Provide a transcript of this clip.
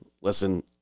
Listen